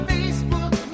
Facebook